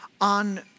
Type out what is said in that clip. on